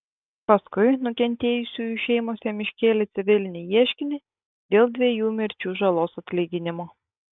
paskui nukentėjusiųjų šeimos jam iškėlė civilinį ieškinį dėl dviejų mirčių žalos atlyginimo